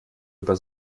über